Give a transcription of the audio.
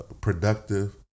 productive